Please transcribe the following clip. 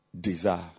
desire